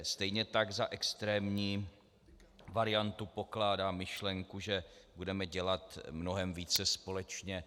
Stejně tak za extrémní variantu pokládám myšlenku, že budeme dělat mnohem více společně.